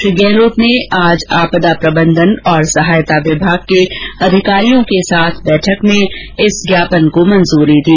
श्री गहलोत ने आज आपदा प्रबंधन और सहायता विभाग के अधिकारियों के साथ बैठक में इस ज्ञापन को मंजूरी दी